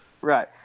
Right